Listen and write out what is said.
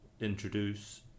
introduce